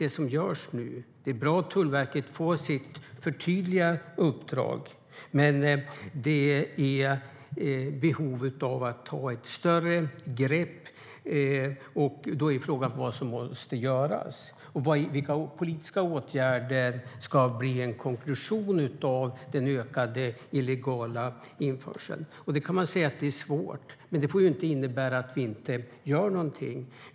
Det är bra att Tullverkets uppdrag förtydligas, men ett större grepp behöver tas. Frågan är vad som måste göras. Vilka politiska åtgärder ska bli en konklusion av den ökade illegala införseln? Det är svårt, men det får inte innebära att vi inte gör något.